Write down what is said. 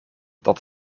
dat